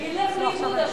שילך לאיבוד השנה,